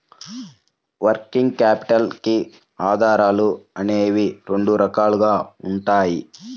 working capital కి ఆధారాలు అనేవి రెండు రకాలుగా ఉంటాయి